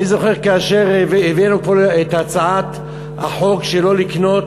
אני זוכר שכאשר הבאנו פה את הצעת החוק שלא לקנות